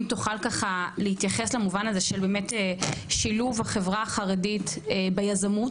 אם תוכל ככה להתייחס למובן הזה של באמת שילוב החברה החרדית ביזמות.